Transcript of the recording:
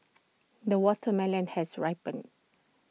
the watermelon has ripened